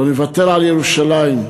לא נוותר על ירושלים,